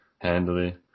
Handily